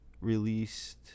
released